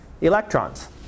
electrons